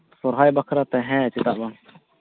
ᱥᱚᱨᱦᱟᱭ ᱵᱟᱠᱷᱟᱨᱟᱛᱮ ᱦᱮᱸ ᱪᱮᱫᱟᱜ ᱵᱟᱝ